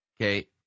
Okay